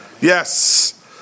yes